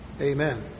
Amen